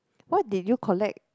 what did you collect